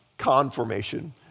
Conformation